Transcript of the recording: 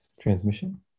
Transmission